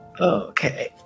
Okay